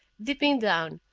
dipping down,